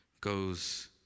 goes